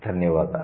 ధన్యవాదాలు